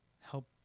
help